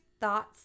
thoughts